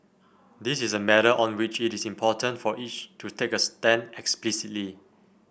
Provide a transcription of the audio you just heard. this is a matter on which it is important for each to take a stand explicitly